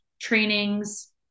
trainings